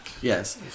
Yes